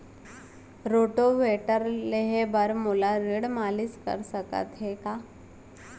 Rotavator लेहे बर मोला ऋण मिलिस सकत हे का?